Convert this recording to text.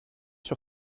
sur